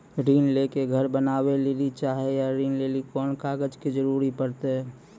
ऋण ले के घर बनावे लेली चाहे या ऋण लेली कोन कागज के जरूरी परतै?